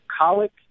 colic